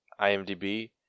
IMDb